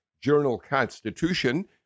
Journal-Constitution